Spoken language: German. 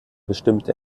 bestimmte